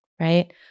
right